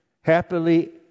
happily